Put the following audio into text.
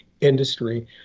industry